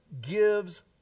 gives